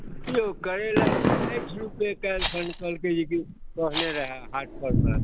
देखिऔ कहै लऽ तऽ साठि रुपआ काल्हि खन कहलकै जेकि कहने रहऽ हाट परमे